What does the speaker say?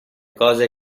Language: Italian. cose